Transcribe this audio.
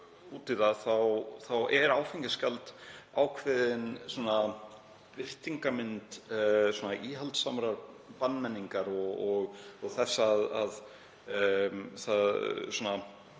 þá er áfengisgjald ákveðin birtingarmynd íhaldssamrar bannmenningar og er